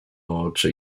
oczy